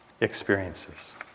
experiences